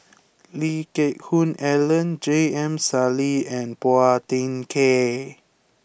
Lee Geck Hoon Ellen J M Sali and Phua Thin Kiay